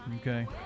Okay